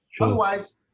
otherwise